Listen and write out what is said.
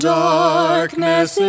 darkness